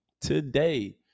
today